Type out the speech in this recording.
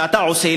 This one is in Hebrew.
שאתה מביא,